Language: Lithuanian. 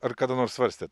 ar kada nors svarstėt